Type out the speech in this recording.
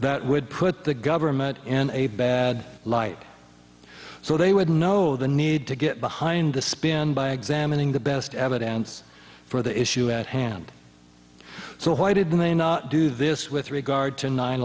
that would put the government in a bad light so they would know the need to get behind the spin by examining the best evidence for the issue at hand so why did they not do this with regard to nine